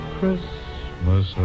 Christmas